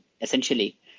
essentially